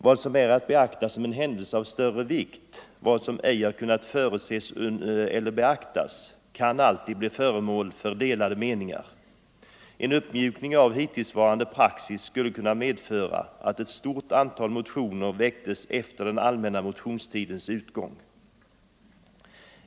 Vad som är att betrakta som en ”händelse av större vikt” och vad som ”ej har kunnat förutses eller beaktas” kan alltid bli föremål för delade meningar. En uppmjukning av hittillsvarande praxis skulle kunna medföra att ett stort antal motioner väcktes efter den allmänna motionstidens utgång.